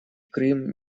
крым